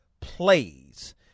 plays